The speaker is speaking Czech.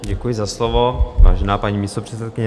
Děkuji za slovo, vážená paní místopředsedkyně.